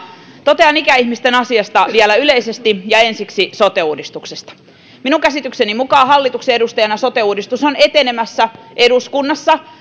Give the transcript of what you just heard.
totean ikäihmisten asiasta vielä yleisesti mutta ensiksi sote uudistuksesta hallituksen edustajana minun käsitykseni mukaan sote uudistus on etenemässä eduskunnassa